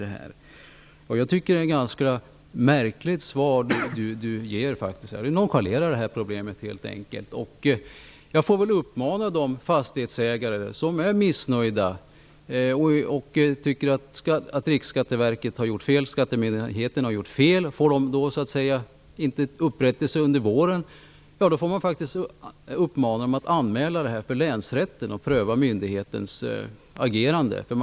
Jag tycker att det är ett ganska märkligt svar som finansministern ger, han nonchalerar problemet helt enkelt. Jag får väl rikta en uppmaning till de fastighetsägare som är missnöjda och tycker att Riksskatteverket och skattemyndigeten har gjort fel: Om de inte får upprättelse under våren bör de anmäla det här till länsrätten så att myndighetens agerande prövas.